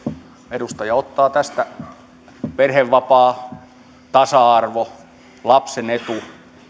edustaja ottaa tästä kokonaisuudesta perhevapaa tasa arvo lapsen etu